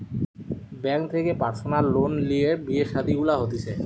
bank থেকে personal loan লিয়ে বিয়ে শাদী গুলা হতিছে